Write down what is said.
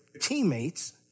teammates